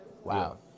Wow